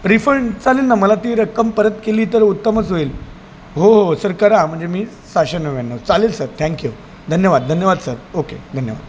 refund चालेल ना मला ती रक्कम परत केली तर उत्तमच होईल हो हो सर करा म्हणजे मी सहाशे नव्याण्णव चालेल सर थँक्यू धन्यवाद धन्यवाद सर ओके धन्यवाद